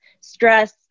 stress